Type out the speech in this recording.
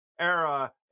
era